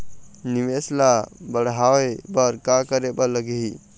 निवेश ला बड़हाए बर का करे बर लगही?